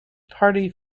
party